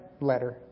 letter